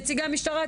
נציגי המשטרה,